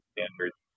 Standards